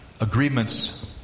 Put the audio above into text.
agreements